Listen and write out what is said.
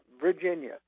Virginia